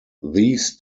these